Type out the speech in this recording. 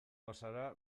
bazara